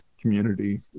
community